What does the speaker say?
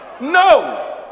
No